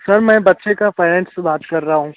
sir मैं बच्चे का पेरेंट्स बात कर रहा हूँ